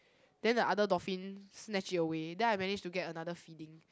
then the other dolphin snatch it away then I managed to get another feeding